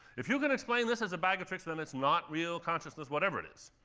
if you're going to explain this as a bag of tricks, then it's not real consciousness, whatever it is.